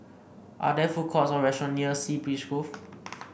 are there food courts or restaurant near Sea Breeze Grove